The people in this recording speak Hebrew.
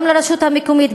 גם לרשות המקומית,